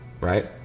right